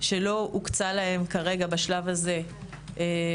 שלא הוקצה להן כרגע בשלב זה סכומים,